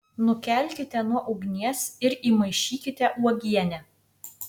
nukelkite nuo ugnies ir įmaišykite uogienę